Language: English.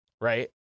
right